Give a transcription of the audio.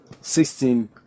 sixteen